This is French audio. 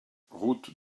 route